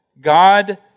God